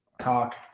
talk